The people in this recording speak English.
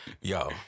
yo